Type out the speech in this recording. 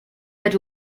had